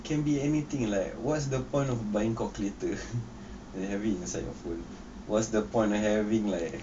can be anything like what's the point of buying calculator and having inside your phone what's the point of having like